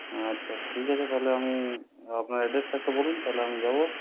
আচ্ছা ঠিক আছে তাহলে আমি আপনার অ্যাড্রেসটা একটু বলুন তাহলে আমি যাব